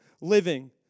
living